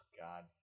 God